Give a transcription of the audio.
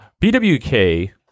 BWK